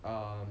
err